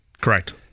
correct